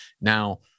Now